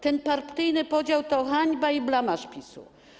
Ten partyjny podział to hańba i blamaż PiS-u.